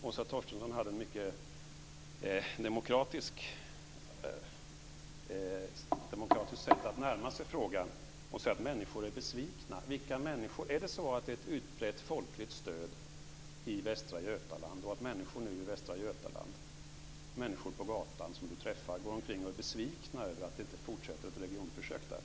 Åsa Torstensson hade ett mycket demokratiskt sätt att närma sig frågan. Hon säger att människor är besvikna. Vilka människor? Är det så att det är ett utbrett folkligt stöd i Västra Götaland och att människor i Västra Götaland, människor som hon träffar på gatan, går omkring och är besvikna över att det inte fortsätter ett regionförsök där?